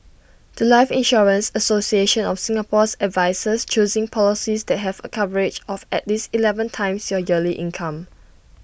The Life insurance association of Singapore's advises choosing policies that have A coverage of at least Eleven times your yearly income